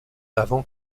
avant